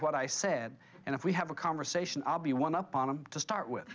what i said and if we have a conversation i'll be one up on him to start with